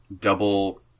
double